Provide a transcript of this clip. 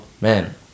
man